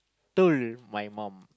told my mum